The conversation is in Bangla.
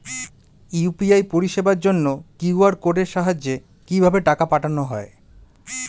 ইউ.পি.আই পরিষেবার জন্য কিউ.আর কোডের সাহায্যে কিভাবে টাকা পাঠানো হয়?